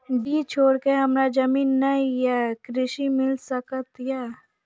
डीह छोर के हमरा और जमीन ने ये कृषि ऋण मिल सकत?